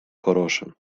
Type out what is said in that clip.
хороше